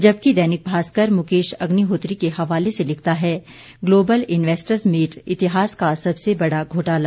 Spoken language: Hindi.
जबकि दैनिक भास्कर मुकेश अग्निहोत्री के हवाले से लिखता है ग्लोबल इन्वैस्टर्स मीट इतिहास का सबसे बड़ा घोटाला